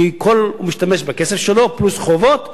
כי הוא משתמש בכסף שלו פלוס חובות.